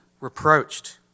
reproached